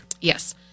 yes